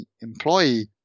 employee